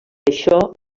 això